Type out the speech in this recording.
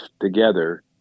together